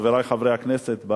חברי חברי הכנסת,